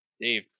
Dave